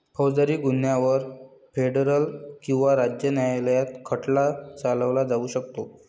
फौजदारी गुन्ह्यांवर फेडरल किंवा राज्य न्यायालयात खटला चालवला जाऊ शकतो